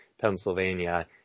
Pennsylvania